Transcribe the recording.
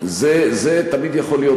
זה תמיד יכול להיות,